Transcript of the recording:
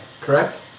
Correct